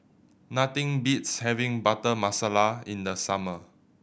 nothing beats having Butter Masala in the summer